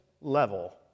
level